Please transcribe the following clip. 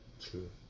True